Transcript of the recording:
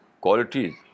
qualities